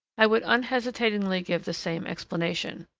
i would unhesitatingly give the same explanation.